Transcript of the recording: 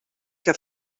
que